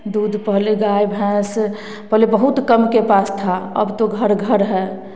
दूध पहले गाय भैंस पहले बहुत कम के पास था अब तो घर घर है